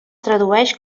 tradueix